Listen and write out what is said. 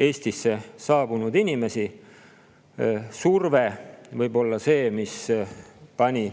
Eestisse saabunud inimesi. See surve võib olla [põhjus], mis pani